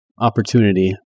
opportunity